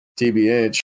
tbh